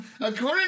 according